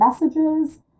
messages